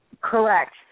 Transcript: Correct